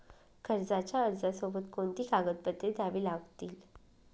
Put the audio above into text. कर्जाच्या अर्जासोबत कोणती कागदपत्रे द्यावी लागतील?